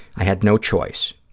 i had no choice.